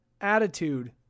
attitude